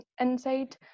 inside